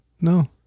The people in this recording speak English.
No